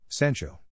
Sancho